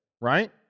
right